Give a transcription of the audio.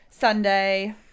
Sunday